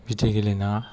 बिदि गेलेनो नाङा